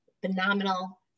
phenomenal